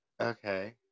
Okay